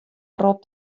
ropt